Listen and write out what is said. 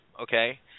okay